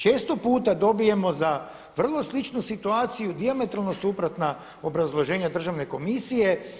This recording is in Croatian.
Često puta dobijemo za vrlo sličnu situaciju dijametralno suprotna obrazloženja Državne komisije.